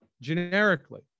Generically